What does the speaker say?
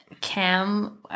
cam